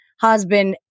husband